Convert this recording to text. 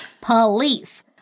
police